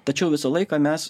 tačiau visą laiką mes